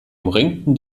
umringten